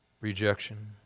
rejection